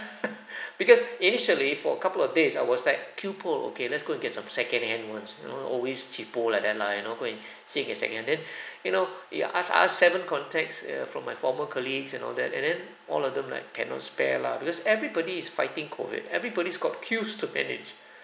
because initially for a couple of days I was like queue pole okay let's go and get some second hand ones you know always cheapo like that lah you know go and seek a second and then you know you ask ask seven contacts err from my former colleagues and all that and then all of them like cannot spare lah because everybody is fighting COVID everybody's got queues to manage